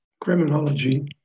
criminology